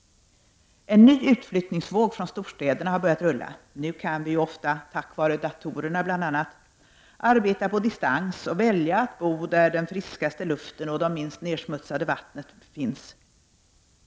En ny utflyttningsvåg från storstäderna har börjat rulla. Nu kan vi ju ofta — bl.a. tack vare datorerna — arbeta på distans och välja att bo där den friskaste luften och det minst nedsmutsade vattnet finns.